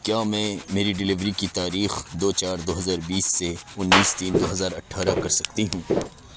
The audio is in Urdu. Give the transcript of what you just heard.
کیا میں میری ڈیلیوری کی تاریخ دو چار دو ہزار بیس سے انیس تین دو ہزار اٹھارہ کر سکتی ہوں